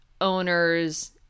owners